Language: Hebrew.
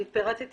אני פרטתי